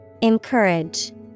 Encourage